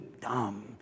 dumb